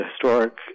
historic